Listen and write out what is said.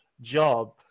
job